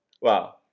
Wow